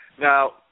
Now